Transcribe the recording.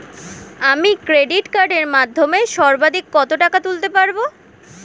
আমি ক্রেডিট কার্ডের মাধ্যমে সর্বাধিক কত টাকা তুলতে পারব?